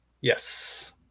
Yes